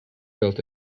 built